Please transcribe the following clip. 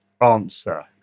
answer